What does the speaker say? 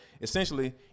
essentially